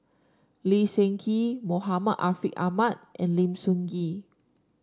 Lee Seng Gee Muhammad Ariff Ahmad and Lim Sun Gee